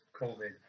COVID